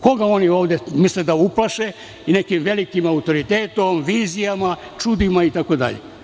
Koga oni ovde misle da uplaše nekim velikim autoritetom, vizijama, čudima itd.